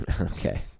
Okay